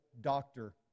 doctor